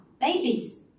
babies